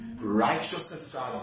righteousness